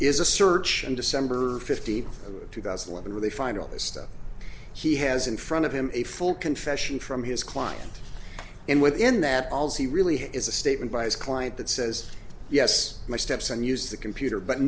is a search on december fifteenth two thousand and eleven when they find all this stuff he has in front of him a full confession from his client and within that all he really is a statement by his client that says yes my stepson use the computer but